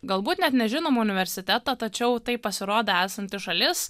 galbūt net nežinomą universitetą tačiau tai pasirodė esanti šalis